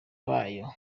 bayo